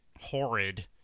horrid